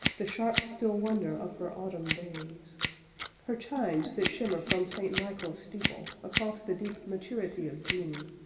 the sharp, still wonder of her autumn days her chimes that shimmer from st. michael's steeple across the deep maturity of june,